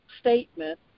statement